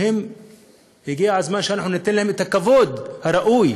שהגיע הזמן שניתן להם את הכבוד הראוי